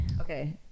Okay